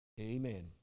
amen